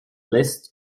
list